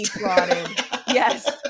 yes